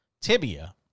tibia